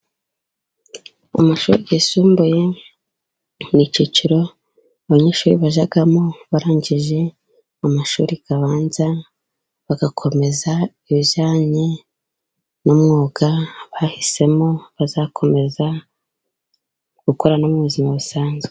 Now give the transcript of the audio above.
Amashuri yisumbuye ni icyiciro abanyeshuri bajyamo barangije amashuri abanza, bagakomeza ibijyanye n'umwuga bahisemo, bazakomeza gukora no mu buzima busanzwe.